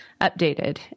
updated